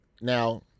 Now